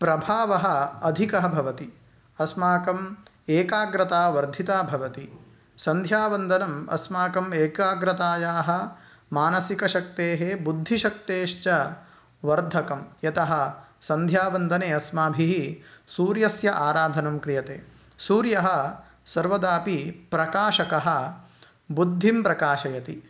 प्रभावः अधिकः भवति अस्माकम् एकाग्रता वर्धिता भवति सन्ध्यावन्दनम् अस्माकम् एकाग्रतायाः मानसिकशक्तेः बुद्धिशक्तेश्च वर्धकं यतः सन्ध्यावन्दने अस्माभिः सूर्यस्य आराधनं क्रियते सूर्यः सर्वदापि प्रकाशकः बुद्धिं प्रकाशयति